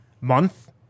month